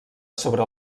sobre